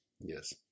Yes